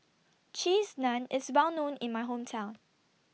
Cheese Naan IS Well known in My Hometown